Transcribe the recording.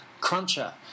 cruncher